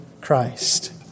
Christ